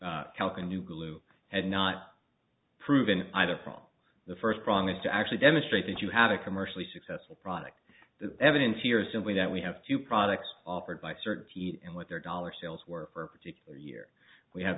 in new glue has not proven either from the first prong is to actually demonstrate that you have a commercially successful product the evidence here is simply that we have two products offered by search and what their dollar sales were for a particular year we have